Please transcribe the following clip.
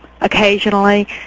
occasionally